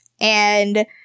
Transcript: and-